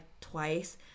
twice